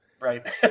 Right